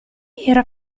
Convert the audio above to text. era